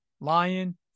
Lion